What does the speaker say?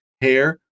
hair